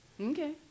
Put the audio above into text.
Okay